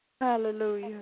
Hallelujah